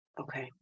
Okay